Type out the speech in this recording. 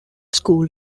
school